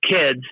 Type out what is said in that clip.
kids